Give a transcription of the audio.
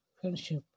Friendship